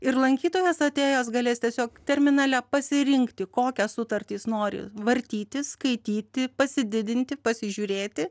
ir lankytojas atėjęs galės tiesiog terminale pasirinkti kokią sutartį jis nori vartyti skaityti pasididinti pasižiūrėti